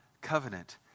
covenant